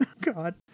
God